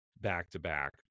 back-to-back